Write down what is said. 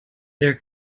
there